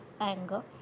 anger